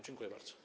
Dziękuję bardzo.